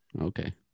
okay